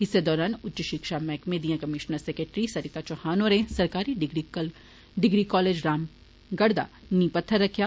इस्से दौरान उच्च षिक्षा मैहकमे दियां कमीष्नर सैक्रेटरी सरीता चौहान होरें सरकारी डिग्री कोलजे रामगढ़ दा नींह पत्थर रक्खेआ